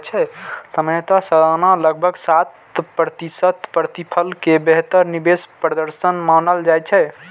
सामान्यतः सालाना लगभग सात प्रतिशत प्रतिफल कें बेहतर निवेश प्रदर्शन मानल जाइ छै